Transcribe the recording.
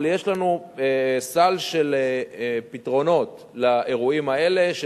אבל יש לנו סל של פתרונות לאירועים האלה של